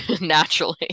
naturally